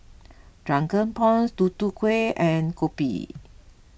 Drunken Prawns Tutu Kueh and Kopi